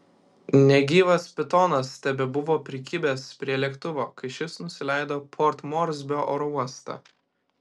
negyvas pitonas tebebuvo prikibęs prie lėktuvo kai šis nusileido port morsbio oro uoste